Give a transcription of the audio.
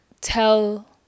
tell